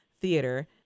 Theater